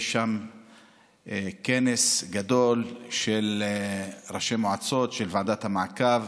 יש שם כנס גדול של ראשי מועצות, של ועדת המעקב,